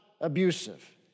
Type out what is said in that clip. abusive